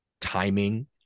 timing